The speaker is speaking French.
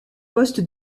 poste